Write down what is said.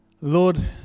Lord